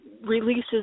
releases